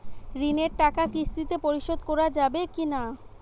ঋণের টাকা কিস্তিতে পরিশোধ করা যাবে কি না?